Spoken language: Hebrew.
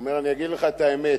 הוא אומר: אני אגיד לך את האמת,